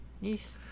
yes